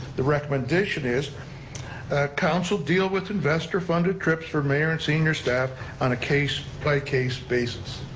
the recommendation is council deal with investor funded trips for mayor and senior staff on case by case basis.